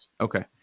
Okay